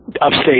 upstate